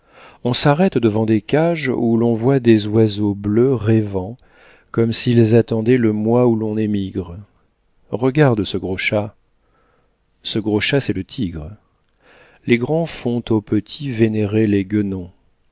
on s'arrête devant des cages où l'on voit des oiseaux bleus rêvant comme s'ils attendaient le mois où l'on émigre regarde ce gros chat ce gros chat c'est le tigre les grands font aux petits vénérer les guenons